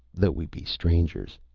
though we be strangers.